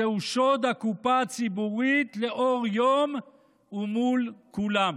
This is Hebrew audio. זהו שוד הקופה הציבורית לאור יום ומול כולם.